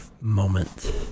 moment